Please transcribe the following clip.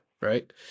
right